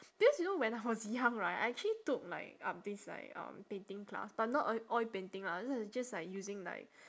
because you know when I was young right I actually took like up this like um painting class but not oil oil painting lah this is just like using like